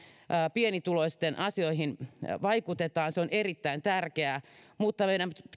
pienituloisten asioihin vaikutetaan se on erittäin tärkeää mutta meidän